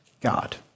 God